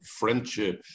friendship